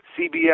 CBS